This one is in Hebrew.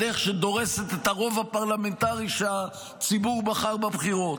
בדרך שדורסת את הרוב הפרלמנטרי שהציבור בחר בבחירות.